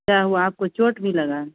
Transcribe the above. क्या हुआ आपको चोट भी लगी है